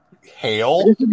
hail